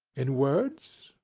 in words.